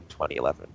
2011